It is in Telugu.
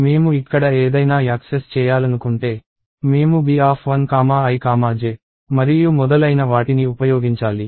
మేము ఇక్కడ ఏదైనా యాక్సెస్ చేయాలనుకుంటే మేము B1ij మరియు మొదలైన వాటిని ఉపయోగించాలి